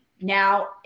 Now